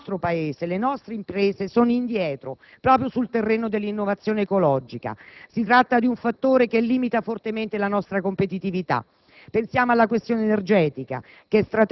Il nostro Paese, le nostre imprese sono indietro proprio sul terreno dell'innovazione ecologica; si tratta di un fattore che limita fortemente la nostra competitività. Pensiamo alla questione energetica